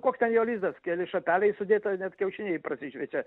koks ten jo lizdas keli šapeliai sudėta net kiaušiniai prasišviečia